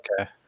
Okay